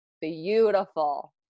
beautiful